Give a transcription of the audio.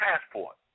passport